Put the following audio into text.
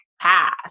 past